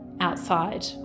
outside